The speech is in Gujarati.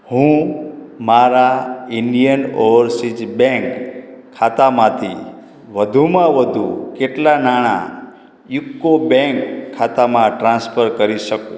હું મારા ઇન્ડિયન ઓવરસીઝ બેંક ખાતામાંથી વધુમાં વધુ કેટલાં નાણા યુકો બેંક ખાતામાં ટ્રાન્સફર કરી શકું